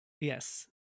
Yes